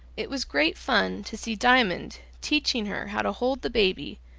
it was great fun to see diamond teaching her how to hold the baby,